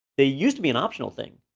they used to be an optional thing,